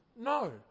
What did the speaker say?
No